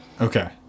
Okay